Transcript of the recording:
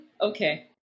Okay